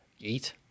Eat